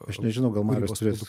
aš nežinau gal marius turės